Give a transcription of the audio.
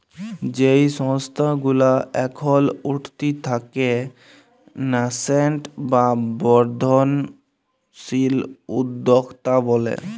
যেই সংস্থা গুলা এখল উঠতি তাকে ন্যাসেন্ট বা বর্ধনশীল উদ্যক্তা ব্যলে